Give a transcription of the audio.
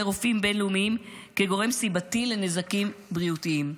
רופאים בין-לאומיים כגורם סיבתי לנזקים בריאותיים: